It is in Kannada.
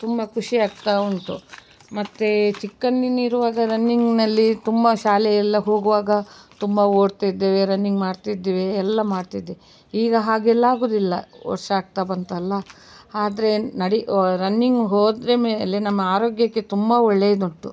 ತುಂಬ ಖುಷಿ ಆಗ್ತಾ ಉಂಟು ಮತ್ತೆ ಚಿಕ್ಕಂದಿನ್ನಿರುವಾಗ ರನ್ನಿಂಗಿನಲ್ಲಿ ತುಂಬ ಶಾಲೆಯೆಲ್ಲ ಹೋಗುವಾಗ ತುಂಬ ಓಡ್ತಿದ್ದೇವೆ ರನ್ನಿಂಗ್ ಮಾಡ್ತಿದ್ವಿ ಎಲ್ಲ ಮಾಡ್ತಿದ್ದೆ ಈಗ ಹಾಗೆಲ್ಲಾಗೋದಿಲ್ಲ ವರ್ಷ ಆಗ್ತಾ ಬಂತಲ್ಲ ಆದರೆ ನಡಿ ರನ್ನಿಂಗ್ ಹೋದರೆ ಮೇಲೆ ನಮ್ಮ ಆರೋಗ್ಯಕ್ಕೆ ತುಂಬ ಒಳ್ಳೆಯದುಂಟು